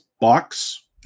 box